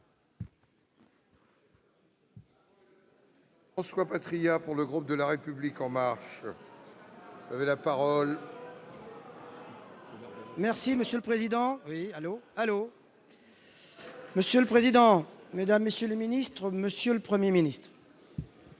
Monsieur le Premier ministre,